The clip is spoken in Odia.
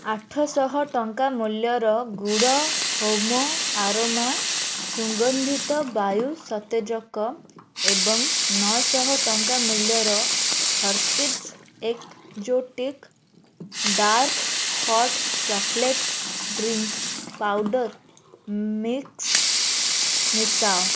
ଆଠଶହ ଟଙ୍କା ମୂଲ୍ୟର ଗୁଡ ହୋମ ଆରୋମା ସୁଗନ୍ଧିତ ବାୟୁ ସତେଜକ ଏବଂ ନଅଶହ ଟଙ୍କା ମୂଲ୍ୟର Hershey's exotic dark hot chocolate drink powder mix ମିଶାଅ